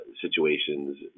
Situations